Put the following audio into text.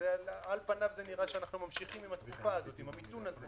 על פניו נראה שאנחנו ממשיכים עם המיתון הזה,